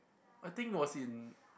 I think it was in